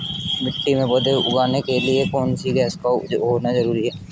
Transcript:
मिट्टी में पौधे उगाने के लिए कौन सी गैस का होना जरूरी है?